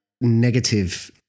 negative